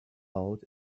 out